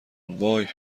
وای